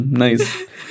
nice